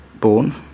born